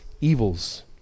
evils